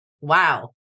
Wow